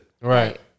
Right